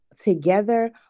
together